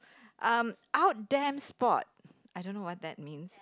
um out them sport I don't know what that means